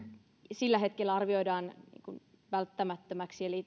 sillä hetkellä arvioidaan välttämättömäksi eli